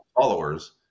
followers